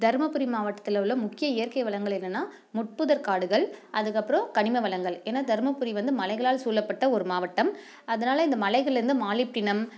தருமபுரி மாவட்டத்தில் உள்ள முக்கிய இயற்கை வளங்கள் என்னென்னா முட்புதர் காடுகள் அதுக்கப்புறம் கனிம வளங்கள் ஏன்னால் தருமபுரி வந்து மலைகளால் சூழப்பட்ட ஒரு மாவட்டம் அதனால் இந்த மலைகளிலருந்து மாலிப்டினம்